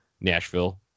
Nashville